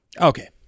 Okay